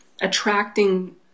attracting